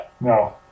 No